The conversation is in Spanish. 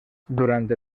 durante